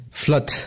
flood